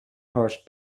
horse